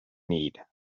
need